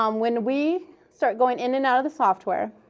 um when we start going in and out of the software.